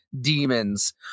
demons